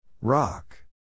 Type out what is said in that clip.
Rock